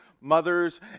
mothers